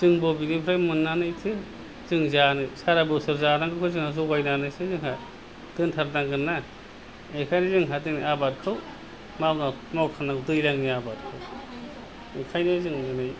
जों बबेनिफ्राय मोननानैथो जों जानो सारा बोसोर जानांगौबा जोंहा जगायनानैसो जोंहा दोनथारनांगोन ना बेखायनो जोंहा दिनै आबादखौ मावथारनांगौ दैज्लांनि आबाद बेखायनो जों दिनै